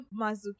Mazuki